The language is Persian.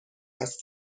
است